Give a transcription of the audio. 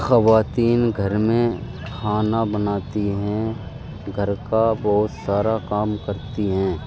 خواتین گھر میں کھانا بناتی ہیں گھر کا بہت سارا کام کرتی ہیں